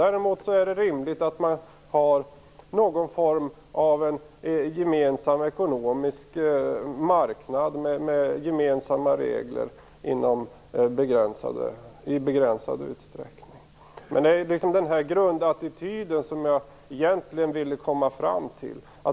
Däremot är det rimligt att man har någon form av gemensam ekonomisk marknad med gemensamma regler i begränsad utsträckning. Det var egentligen denna grundattityd som jag ville komma fram till.